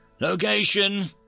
Location